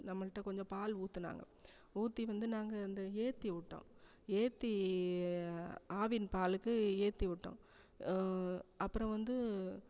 நம்மள்கிட்ட கொஞ்சம் பால் ஊற்றினாங்க ஊற்றி வந்து நாங்கள் இந்த ஏற்றி விட்டோம் ஏற்றி ஆவின் பாலுக்கு ஏற்றி விட்டோம் அப்புறம் வந்து